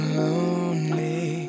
lonely